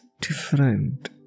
different